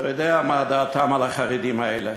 אתה יודע מה דעתם על החרדים האלה,